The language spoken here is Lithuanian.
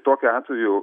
tokiu atveju